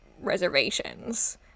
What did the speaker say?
reservations